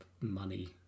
money